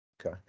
Okay